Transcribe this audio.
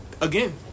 Again